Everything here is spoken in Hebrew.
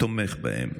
תומך בהם